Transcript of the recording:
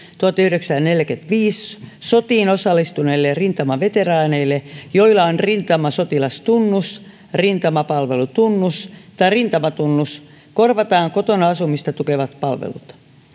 tuhatyhdeksänsataaneljäkymmentäviisi sotiin osallistuneille rintamaveteraaneille joilla on rintamasotilastunnus rintamapalvelutunnus tai rintamatunnus korvataan kotona asumista tukevat palvelut